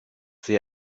the